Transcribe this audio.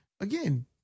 again